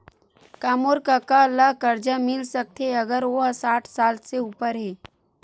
का मोर कका ला कर्जा मिल सकथे अगर ओ हा साठ साल से उपर हे?